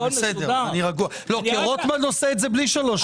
כי רוטמן עושה את זה בלי שלוש קריאות.